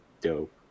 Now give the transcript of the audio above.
dope